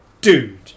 dude